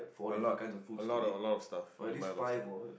a lot a lot of a lot of stuff you can buy a lot of stuff